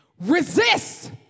Resist